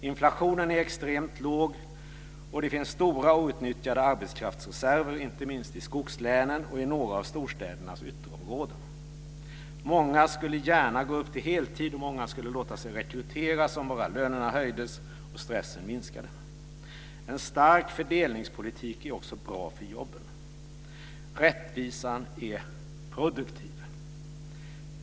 Inflationen är extremt låg, och det finns stora outnyttjade arbetskraftsreserver inte minst i skogslänen och i några av storstädernas ytterområden. Många skulle gärna gå upp i heltid, och många skulle låta sig rekryteras om våra löner höjdes och stressen minskade. En stark fördelningspolitik är också bra för jobben. Rättvisan är produktiv.